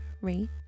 rate